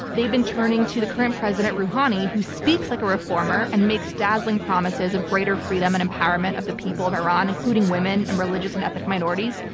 they've been turning to the current president rouhani who speaks like a reformer and makes dazzling promises of greater freedom and empowerment of the people of iran including women and religious and ethnic minorities,